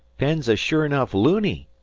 penn's a sure nuff loony.